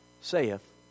saith